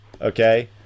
okay